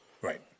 right